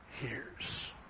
hears